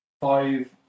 five